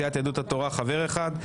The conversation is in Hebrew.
סיעת יהדות התורה חבר אחד,